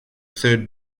third